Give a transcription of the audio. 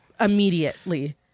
immediately